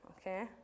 Okay